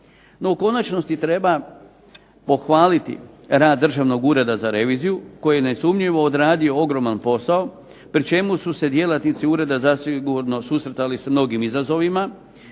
u konačnosti treba pohvaliti rad Državnog ureda za reviziju koji je nesumnjivo odradio ogroman posao, pri čemu su se djelatnici ureda zasigurno susretali sa mnogim izazovima,